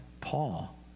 Paul